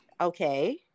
Okay